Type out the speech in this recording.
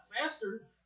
faster